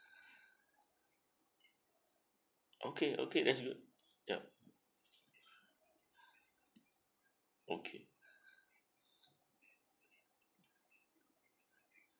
okay okay that's good yup okay